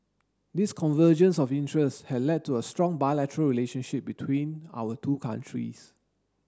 this convergence of interest has led to a strong bilateral relationship between our two countries